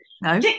no